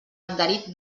adherit